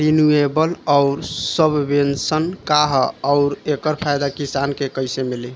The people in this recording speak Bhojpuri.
रिन्यूएबल आउर सबवेन्शन का ह आउर एकर फायदा किसान के कइसे मिली?